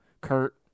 Kurt